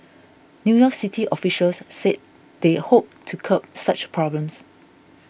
New York City officials said they hoped to curb such problems